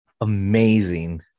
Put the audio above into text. Amazing